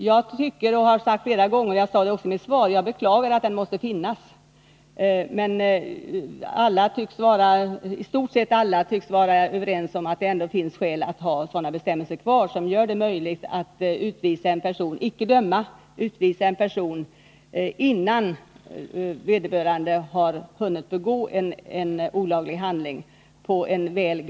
Jag har sagt flera gånger tidigare, och jag sade det också i mitt svar, att jag beklagar att den måste finnas. Men i stort sett alla tycks vara överens om att det finns skäl att ha kvar bestämmelser som ger oss möjlighet att på en väl grundad misstanke utvisa — icke döma — en person innan vederbörande har hunnit begå en olaglig handling.